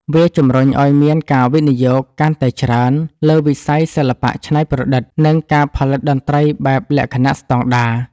វាជម្រុញឱ្យមានការវិនិយោគកាន់តែច្រើនលើវិស័យសិល្បៈច្នៃប្រឌិត និងការផលិតតន្ត្រីបែបលក្ខណៈស្តង់ដារ។